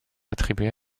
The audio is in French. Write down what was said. attribuées